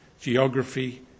geography